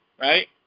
right